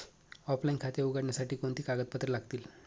Offline खाते उघडण्यासाठी कोणती कागदपत्रे लागतील?